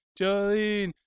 Jolene